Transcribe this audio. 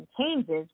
changes